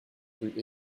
rue